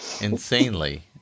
Insanely